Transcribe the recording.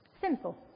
Simple